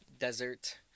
desert